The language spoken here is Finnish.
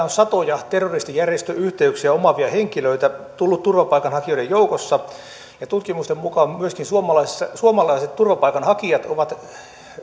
on tullut satoja terroristijärjestöyhteyksiä omaavia henkilöitä turvapaikanhakijoiden joukossa tutkimusten mukaan myöskin suomalaiset turvapaikanhakijat ovat